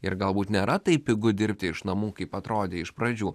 ir galbūt nėra taip pigu dirbti iš namų kaip atrodė iš pradžių